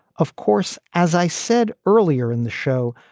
of course, as i said earlier in the show,